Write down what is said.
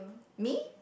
me